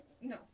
No